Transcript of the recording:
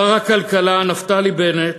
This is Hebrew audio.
שר הכלכלה נפתלי בנט